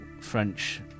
French